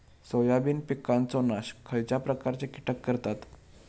Soybean पिकांचो नाश खयच्या प्रकारचे कीटक करतत?